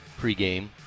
pregame